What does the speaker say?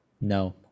No